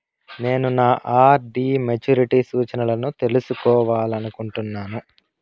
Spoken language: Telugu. నేను నా ఆర్.డి మెచ్యూరిటీ సూచనలను తెలుసుకోవాలనుకుంటున్నాను